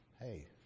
hey